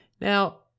Now